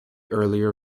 earlier